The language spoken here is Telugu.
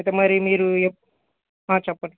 ఇక మరి మీరు ఎప్ హా చెప్పండి